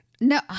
No